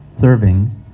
serving